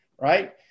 right